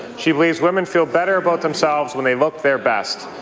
she believes women feel better about themselves when they look their best.